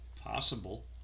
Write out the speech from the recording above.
Possible